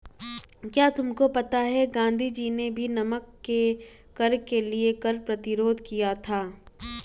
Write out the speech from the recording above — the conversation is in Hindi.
क्या तुमको पता है गांधी जी ने भी नमक के कर के लिए कर प्रतिरोध किया था